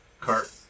Cart